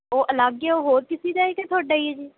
ਉਹ ਅਲੱਗ ਹੈ ਉਹ ਹੋਰ ਕਿਸੀ ਦਾ ਹੈ ਕਿ ਤੁਹਾਡਾ ਹੀ ਹੈ ਜੀ